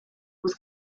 was